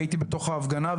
הייתי בתוך ההפגנה,